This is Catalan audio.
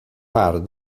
part